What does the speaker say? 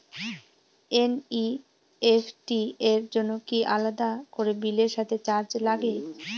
NEFT র জন্য কি আলাদা করে বিলের সাথে চার্জ লাগে?